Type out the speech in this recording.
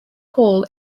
paul